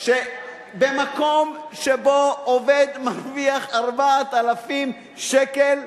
במקום שבו עובד מרוויח 4,000 שקל,